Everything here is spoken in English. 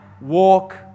walk